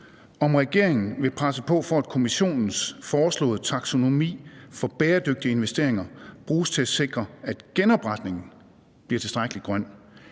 Vil regeringen f.eks. presse på, for at Kommissionens foreslåede taksonomi for bæredygtige investeringer bruges til at sikre, at genopretningen bliver tilstrækkelig grøn,